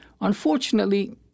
Unfortunately